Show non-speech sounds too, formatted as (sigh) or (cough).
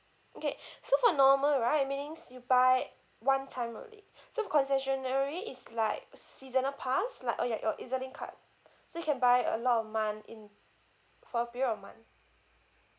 okay (breath) so for normal right meanings you buy one time only so for concessionary it's like a seasonal pass like or your your E Z link card so you can buy a lot of month in for a period of month